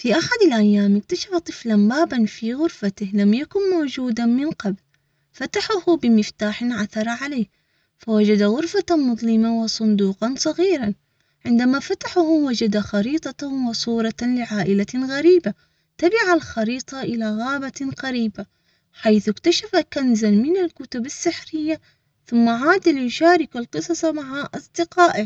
في أحد الأيام، اكتشف طفلاً باباً في غرفته، لم يكن موجودًا من قبل، فتحه بمفتاحٍ عثر عليه، فوجد غرفةً مظلمةً وصندوقًا صغيرًا. عندما فتحه وجد خريطة وصورةٍ لعائلةٍ غريبة تبع الخريطة إلى غابةٍ غريبة، حيث اكتشف كنزًا من